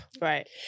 Right